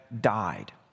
died